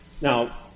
Now